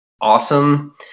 awesome